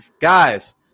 guys